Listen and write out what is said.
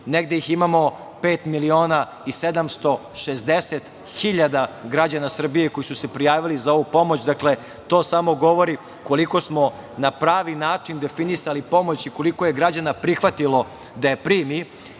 negde ih imamo pet miliona i 760 hiljada građana Srbije koji su se prijavili za ovu pomoć. Dakle, to samo govori koliko smo na pravi način definisali pomoć i koliko je građana prihvatilo da je primi.